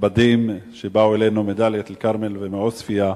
נכבדים שבאו אלינו מדאלית-אל-כרמל ומעוספיא,